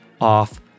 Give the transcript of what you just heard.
off